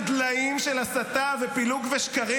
כי אתם מאכילים אותנו דליים של הסתה ופילוג ושקרים,